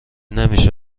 نمیشه